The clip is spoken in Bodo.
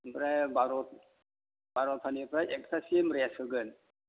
ओमफ्राय बार' बार'थानिफ्राय एकथासिम रेस्त होगोन